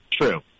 True